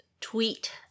Tweet